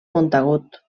montagut